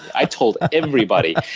i told everybody.